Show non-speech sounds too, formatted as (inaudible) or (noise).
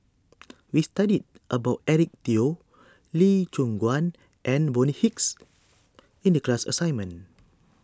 (noise) we studied about Eric Teo Lee Choon Guan and Bonny Hicks in the class assignment